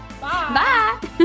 Bye